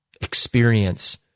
experience